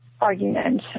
argument